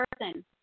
person